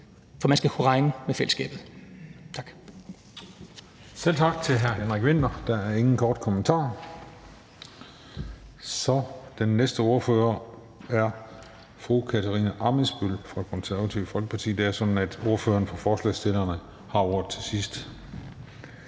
Den fg. formand (Christian Juhl): Selv tak til hr. Henrik Vinther. Der er ingen korte bemærkninger, så den næste ordfører er fru Katarina Ammitzbøll fra Det Konservative Folkeparti. Det er sådan, at ordføreren for forslagsstillerne har ordet til sidst,